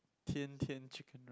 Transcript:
Tian-Tian chicken